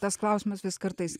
tas klausimas vis kartais